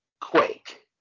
Quake